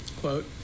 Quote